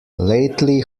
lately